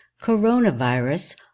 coronavirus